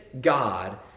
God